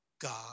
God